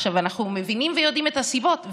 אנחנו מבינים ויודעים את הסיבות,